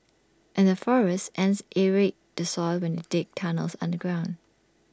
in the forests ants aerate the soil when they dig tunnels underground